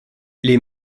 les